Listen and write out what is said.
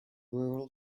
rural